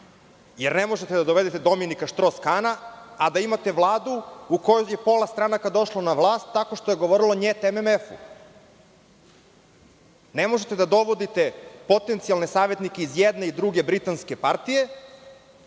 Jer ne možete da dovedete Dominika Štroskana, a da imate Vladu gde bi pola stranaka došlo na vlast, tako što je govorilo „njet“ MMF.Ne možete da dovodite potencijalne savetnike iz jedne i druge britanske partije,